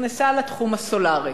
נכנסה לתחום הסולרי.